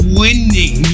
winning